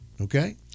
okay